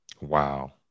wow